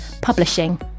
publishing